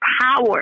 power